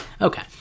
Okay